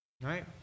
right